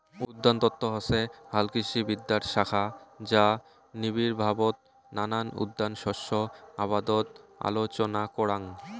উদ্যানতত্ত্ব হসে হালকৃষিবিদ্যার শাখা যা নিবিড়ভাবত নানান উদ্যান শস্য আবাদত আলোচনা করাং